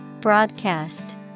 Broadcast